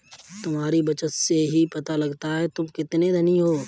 तुम्हारी बचत से ही पता लगता है तुम कितने धनी हो